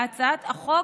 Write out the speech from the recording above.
בהצעת החוק,